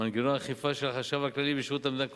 מנגנון האכיפה של החשב הכללי בשירות המדינה,